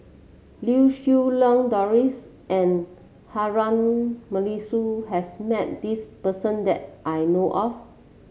Lau Siew Lang Doris and Harun Aminurrashid has met this person that I know of